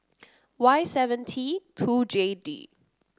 Y seven T two J D